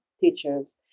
teachers